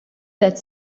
that